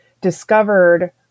discovered